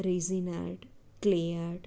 resin art clay art